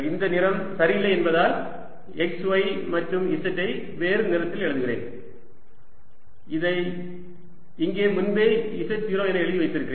இந்த நிறம் சரியில்லை என்பதால் x y மற்றும் z ஐ வேறு நிறத்தில் எழுதுகிறேன் இதை இங்கே முன்பே z0 என எழுதி வைத்திருக்கிறேன்